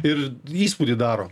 ir įspūdį daro